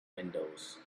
windows